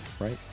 right